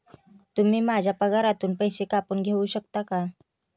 तुम्ही माझ्या पगारातून पैसे कापून घेऊ शकता का?